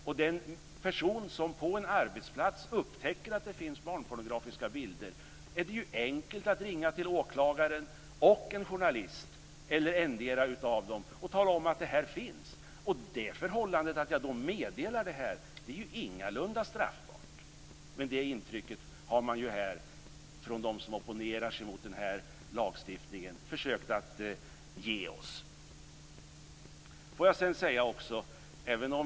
För en person som upptäcker att det finns barnpornografiska bilder på en arbetsplats är det enkelt att ringa åklagaren eller en journalist och berätta om det. Det förhållandet att personen meddelar detta är ju ingalunda straffbart. Men det intrycket har de som opponerar sig mot den här lagstiftningen försökt att ge oss.